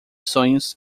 sonhos